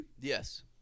Yes